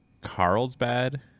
Carlsbad